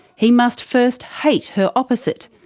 he must first hate her opposite,